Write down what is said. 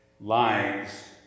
lives